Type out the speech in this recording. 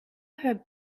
her